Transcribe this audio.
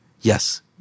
Yes